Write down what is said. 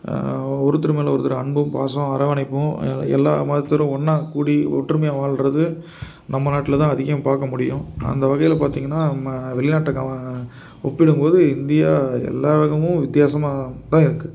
ஒருத்தர் மேலே ஒருத்தர் அன்பும் பாசம் அரவணைப்பும் எல் எல்லா மதத்தினரும் ஒன்றா கூடி ஒற்றுமையாக வாழ்றது நம்ம நாட்டில தான் அதிகம் பார்க்க முடியும் அந்த வகையில் பார்த்தீங்கன்னா நம்ம வெளிநாட்டுக்காரரை ஒப்பிடும்போது இந்தியா எல்லா விதமும் வித்தியாசமாக தான் இருக்குது